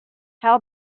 how